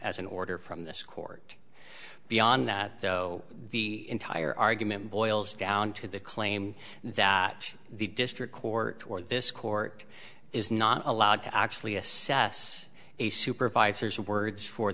as an order from this court beyond that though the entire argument boils down to the claim that the district court or this court is not allowed to actually assess a supervisor's words for